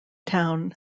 town